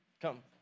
Come